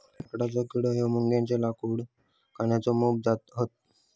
लाकडेचो किडो, भुंग्याच्या लाकूड खाण्याच्या मोप जाती हत